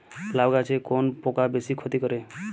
লাউ গাছে কোন পোকা বেশি ক্ষতি করে?